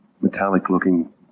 metallic-looking